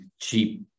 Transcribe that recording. cheap